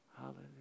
Hallelujah